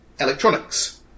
electronics